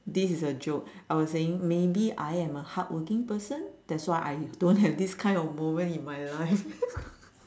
this is a joke I was saying maybe I am a hardworking person that's why I don't have this kind of moment in my life